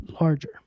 larger